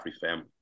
family